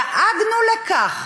דאגנו לכך